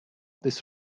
this